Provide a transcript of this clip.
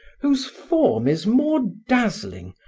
whose form is more dazzling,